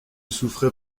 souffrait